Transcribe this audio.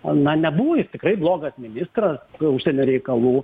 na nebuvo jis tikrai blogas ministras užsienio reikalų